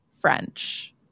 French